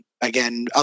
again